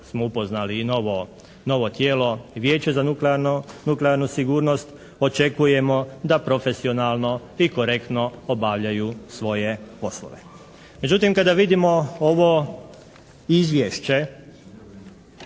smo upoznali i novo tijelo Vijeće za nuklearnu sigurnost, očekujemo da profesionalno i korektno obavljaju svoje poslove. Međutim, kada vidimo ovo izvješće,